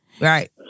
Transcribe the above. Right